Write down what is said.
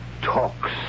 talks